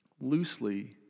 loosely